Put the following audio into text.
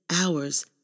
hours